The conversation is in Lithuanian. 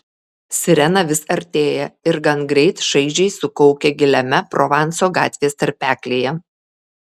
sirena vis artėja ir gangreit šaižiai sukaukia giliame provanso gatvės tarpeklyje